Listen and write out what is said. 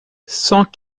cent